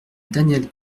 daniel